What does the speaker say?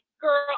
girl